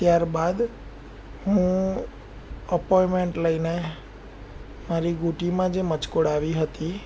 ત્યારબાદ હું અપોઇમેન્ટ લઈને મારી ઘૂંટીમાં જે મચકોડ આવી હતી